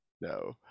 No